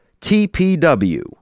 TPW